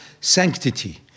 sanctity